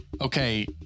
Okay